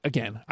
Again